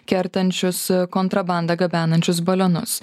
kertančius kontrabandą gabenančius balionus